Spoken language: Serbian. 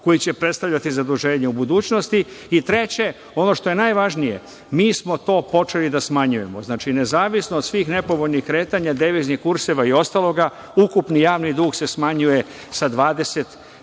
koji će predstavljati zaduženje u budućnosti. Treće, ono što je najvažnije, mi smo to počeli da smanjujemo, znači nezavisno od svih nepovoljnih kretanja deviznih kurseva i ostalog, ukupni javni dug se smanjuje sa